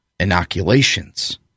inoculations